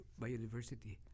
biodiversity